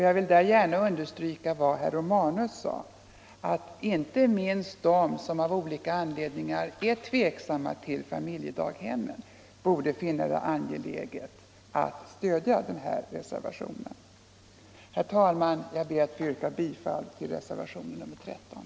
Jag vill därför gärna understryka vad herr Romanus sade om att inte minst de som av olika anledningar är tveksamma till familjedaghemmen borde finna det angeläget att stödja den här reservationen. Herr talman! Jag ber att få yrka bifall till reservationen 13.